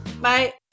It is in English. Bye